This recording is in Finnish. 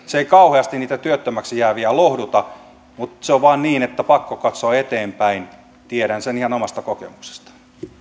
se ei kauheasti niitä työttömäksi jääviä lohduta mutta se on vain niin että on pakko katsoa eteenpäin tiedän sen ihan omasta kokemuksesta